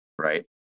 Right